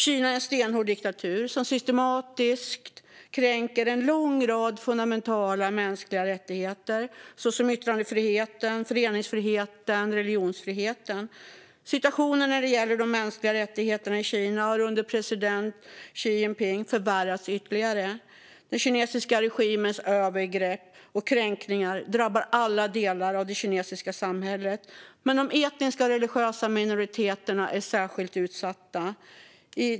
Kina är en stenhård diktatur som systematiskt kränker en lång rad fundamentala mänskliga rättigheter såsom yttrandefriheten, föreningsfriheten och religionsfriheten. Situationen när det gäller de mänskliga rättigheterna i Kina har under president Xi Jinping förvärrats ytterligare. Den kinesiska regimens övergrepp och kränkningar drabbar alla delar av det kinesiska samhället, men de etniska och religiösa minoriteterna i Kina är särskilt utsatta.